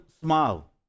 smile